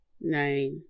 nine